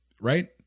right